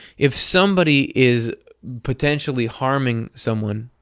if somebody is potentially harming someone,